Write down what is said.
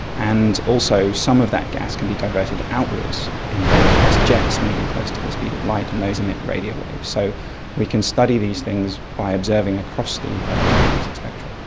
and also some of that gas can be diverted outwards in very fast jets moving close to the speed of light, and those emit radio waves. so we can study these things by observing across the electromagnetic spectrum.